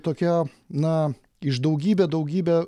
tokia na iš daugybę daugybę